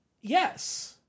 yes